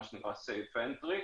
מה שנקרא safe entry,